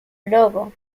logo